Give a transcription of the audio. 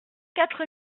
quatre